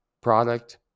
Product